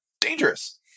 Dangerous